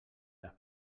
les